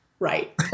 Right